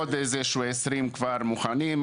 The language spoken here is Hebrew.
יש עוד איזה 20 כבר מוכנים,